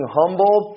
humble